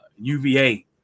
UVA